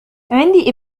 عندي